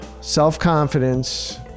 self-confidence